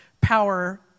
power